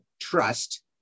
Trust